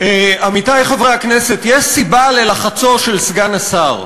עמיתי חברי הכנסת, יש סיבה ללחצו של סגן השר,